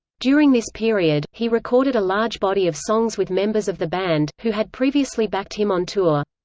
during this period, he recorded a large body of songs with members of the band, who had previously backed him on tour.